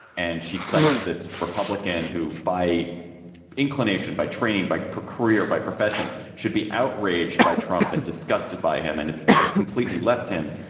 and she cites this republican who by inclination, by training, by pro career, by profession, should be outraged by trump and disgusted by him and have completely left him,